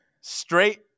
straight